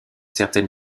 certaine